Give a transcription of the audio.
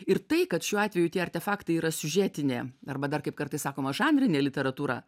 ir tai kad šiuo atveju tie artefaktai yra siužetinė arba dar kaip kartais sakoma žanrinė literatūra